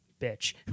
bitch